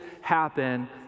happen